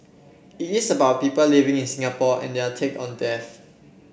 it is about people living in Singapore and their take on death